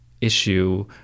issue